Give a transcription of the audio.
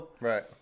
Right